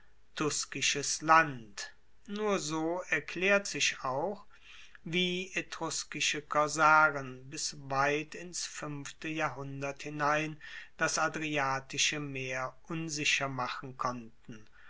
tuskisches land nur so erklaert sich auch wie etruskische korsaren bis weit ins fuenfte jahrhundert hinein das adriatische meer unsicher machen konnten